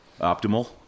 optimal